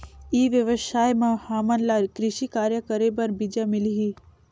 ई व्यवसाय म हामन ला कृषि कार्य करे बर बीजा मिलही?